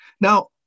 Now